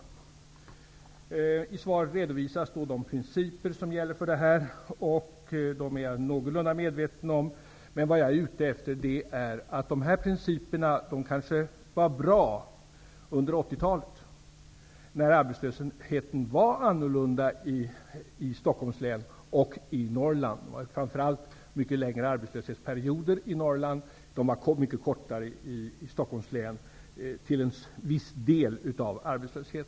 I svaret redovisas de principer som gäller för fördelningen. Dem är jag någorlunda medveten om. Men jag menar att dessa principer kanske var bra under 80-talet när arbetslösheten var annorlunda i Stockholms län och i Norrland. Framför allt var det längre arbetslöshetsperioder i Norrland, mycket kortare i Stockholms län, till en viss del.